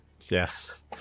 Yes